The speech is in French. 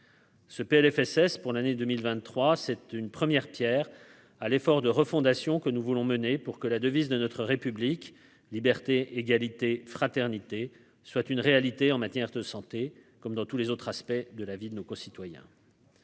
Ce PLFSS pour l'année 2023 7 c'est une première Pierre à l'effort de refondation que nous voulons mener pour que la devise de notre République : liberté, égalité, fraternité, soit une réalité en matière de santé comme dans tous les autres aspects de la vie de nos concitoyens.